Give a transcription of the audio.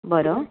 बरं